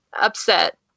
upset